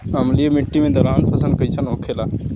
अम्लीय मिट्टी मे दलहन फसल कइसन होखेला?